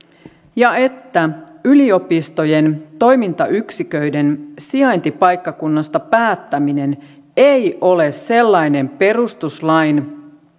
ja että yliopistojen toimintayksiköiden sijaintipaikkakunnasta päättäminen ei ole sellainen perustuslain